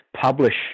publish